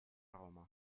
roma